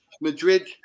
Madrid